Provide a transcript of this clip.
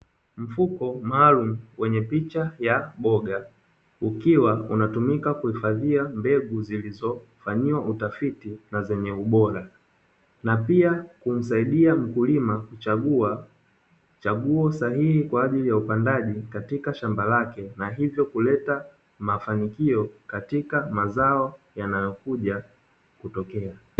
Mfuko maalaumu wenye picha ya mboga, ukiwa unatumika kuhifadhia mbegu zilizofanyiwa utafiti na zenye ubora, na pia kumsaidia mkulima kuchagua chagua sahihi kwa ajili ya upandaji katika shamba lake, na hivyo kuleta mafanikio katika mazao yanayokuja kutokea.